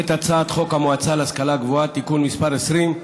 את הצעת חוק המועצה להשכלה גבוהה (תיקון מס' 20),